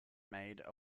made